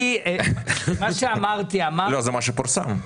זה מה שפורסם.